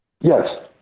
Yes